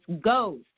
goes